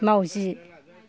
माउजि